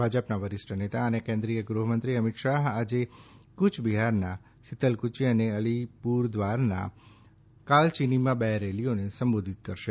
ભાજપનાં વરિષ્ઠ નેતા અને કેન્દ્રીય ગૃહમંત્રી અમિતશાહ આજે કુચબિહારનાં સીતલકુચી અને અલીપુરદ્વારાનાં કાલચીનીમાં બે રેલીઓને સંબોધીત કરશે